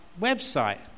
website